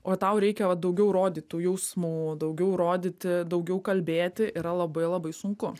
o tau reikia daugiau rodyt tų jausmų daugiau rodyti daugiau kalbėti yra labai labai sunku